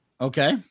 Okay